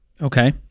Okay